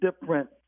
different